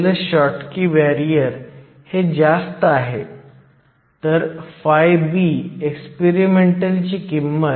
तर येथे स्थिरांक हा तुमचा रिव्हर्स सॅच्युरेशन करंट आहे